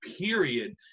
period